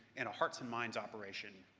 in a hearts and minds operation,